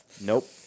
nope